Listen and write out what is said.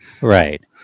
right